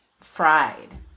fried